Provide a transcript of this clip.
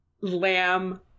Lamb